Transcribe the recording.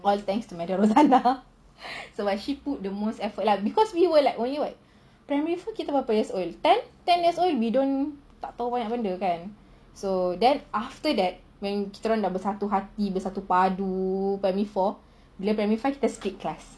all thanks to madam rosanna so but she put the most effort lah because we were like only primary four kita berapa years old then ten years old we don't tak tahu banyak benda kan so then after that when kita orang dah bersatu hati bersatu padu primary four bila primary five kita split class